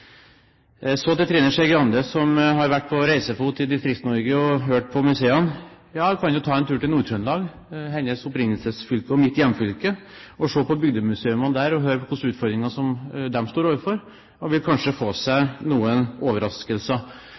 Så til Trine Skei Grande, som har vært på reisefot i Distrikts-Norge og besøkt museene. Hun kan jo ta en tur til Nord-Trøndelag, sitt opprinnelsesfylke og mitt hjemfylke, se på bygdemuseene der og høre hvilke utfordringer de står overfor. Hun vil kanskje få seg noen overraskelser.